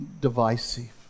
divisive